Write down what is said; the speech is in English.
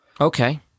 Okay